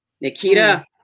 Nikita